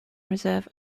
reserve